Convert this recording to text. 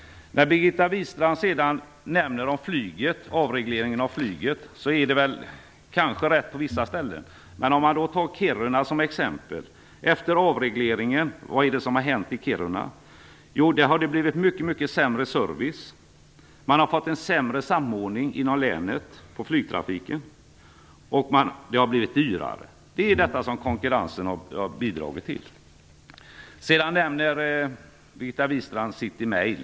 Hon har kanske rätt i vissa avseenden. Men man kan ta Kiruna som ett exempel. Vad har hänt i Kiruna efter avregleringen? Man har fått mycket sämre service. Man har fått en sämre samordning inom länet av flygtrafiken, och det har blivit dyrare. Detta har konkurrensen bidragit till. Sedan nämner hon Citymail.